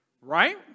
Right